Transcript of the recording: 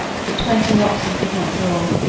that twenty oxen could not draw.